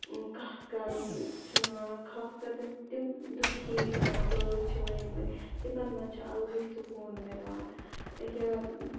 کَتھ کَرُن چھُنہٕ خاص کَر تِم دُکھی بٲتھ چھِ ؤنۍ مٕتۍ تِمَن مَنٛز چھُ اَلگٕے سکوٗن مِلان یہِ